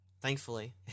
Thankfully